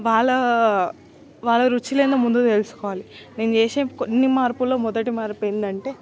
వాళ్ళా వాళ్ళ రుచిలేందో ముందు దెలుసుకోవాలి నేను చేసే కొన్ని మార్పులో మొదటి మార్పేంటంటే